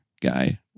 guy